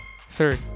third